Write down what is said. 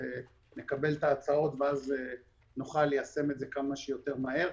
נקבל את ההצעות ואז נוכל ליישם את זה כמה שיותר מהר.